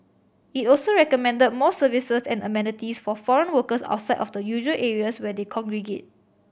it also recommended more services and amenities for foreign workers outside of the usual areas where they congregate